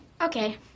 Okay